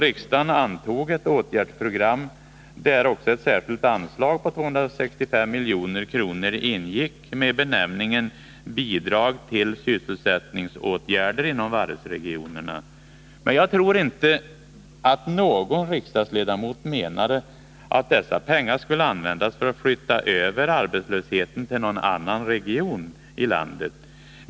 Riksdagen antog ett åtgärdsprogram, i vilket ingick ett särskilt anslag på 265 milj.kr. med benämningen Bidrag till sysselsättningsåtgärder inom varvsregionerna. Jag tror emellertid inte att någon riksdagsledamot menade att dessa pengar skulle användas för att flytta över arbetslösheten till någon annan region i landet.